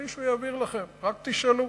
מישהו יעביר לכם, רק תשאלו.